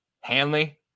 Hanley